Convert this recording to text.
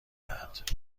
دهد